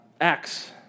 Acts